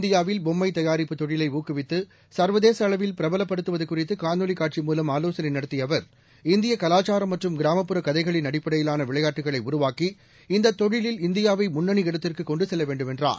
இந்தியாவில் பொம்மை தயாரிப்பு தொழிலை ஊக்குவித்து சர்வதேச அளவில் பிரபலப்படுத்துவது குறித்து காணொலிக் காட்சி மூலம் ஆலோசனை நடத்திய அவர்ஜ இந்தியக் கலாசாரம் மற்றும் கிராமப்புற கதைகளின் அடிப்படையிலான விளையாட்டுகளை உருவாக்கிலு இந்தத் தொழிலில் இந்தியாவை முன்னணி இடத்திற்கு கொண்டு செல்ல வேண்டும் என்றார்